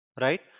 Right